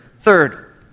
third